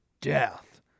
death